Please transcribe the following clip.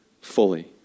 fully